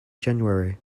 january